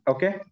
Okay